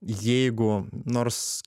jeigu nors